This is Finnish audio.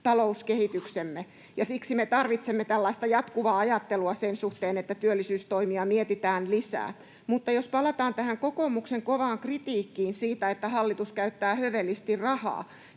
talouskehityksemme, ja siksi me tarvitsemme tällaista jatkuvaa ajattelua sen suhteen, että työllisyystoimia mietitään lisää. Mutta jos palataan tähän kokoomuksen kovaan kritiikkiin siitä, että hallitus käyttää hövelisti rahaa,